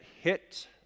hit